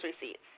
receipts